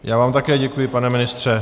Já vám také děkuji, pane ministře.